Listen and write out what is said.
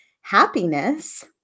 happiness